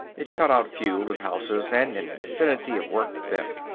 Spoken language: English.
it cut out fuel and houses and an infinity of work with them!